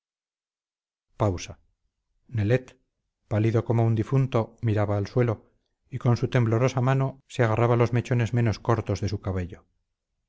pausa nelet pálido como un difunto miraba al suelo y con su temblorosa mano se agarraba los mechones menos cortos de su cabello